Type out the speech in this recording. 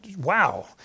wow